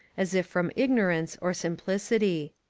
as if from ignorance or simplicity.